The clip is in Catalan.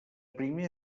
primer